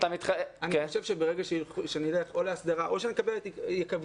אני חושב שברגע שנלך או להסדרה או שיקבלו